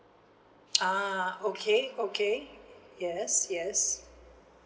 ah okay okay yes yes